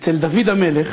אצל דוד המלך,